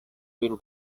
been